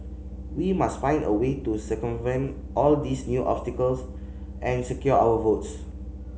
we must find a way to circumvent all these new obstacles and secure our votes